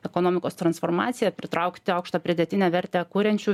ekonomikos transformaciją pritraukti aukštą pridėtinę vertę kuriančių